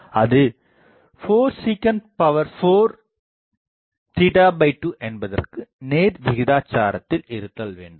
அது 4 sec 4 2 என்பதற்கு நேர்விகிதாச்சாரத்தில் இருத்தல் வேண்டும்